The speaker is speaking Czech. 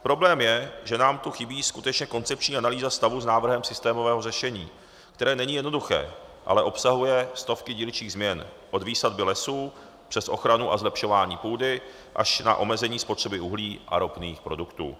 Problém je, že nám tu chybí skutečně koncepční analýza stavu s návrhem systémového řešení, které není jednoduché, ale obsahuje stovky dílčích změn od výsadby lesů přes ochranu a zlepšování půdy až na omezení spotřeby uhlí a ropných produktů.